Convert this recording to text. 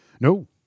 No